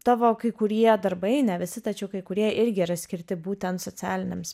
tavo kai kurie darbai ne visi tačiau kai kurie irgi yra skirti būtent socialinėms